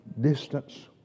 distance